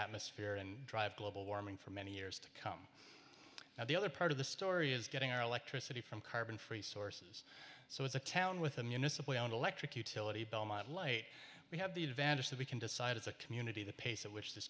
atmosphere and drive global warming for many years to come now the other part of the story is getting our electricity from carbon free sources so it's a town with a municipal and electric utility belmont late we have the advantage that we can decide as a community the pace at which this